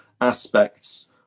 aspects